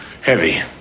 heavy